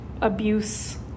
abuse